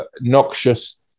noxious